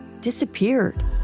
disappeared